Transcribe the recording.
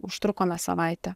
užtrukome savaitę